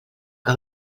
que